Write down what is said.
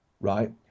Right